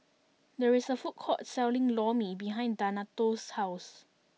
there is a food court selling Lor Mee behind Donato's house